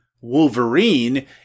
Wolverine